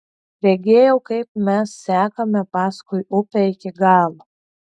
regėjau kaip mes sekame paskui upę iki galo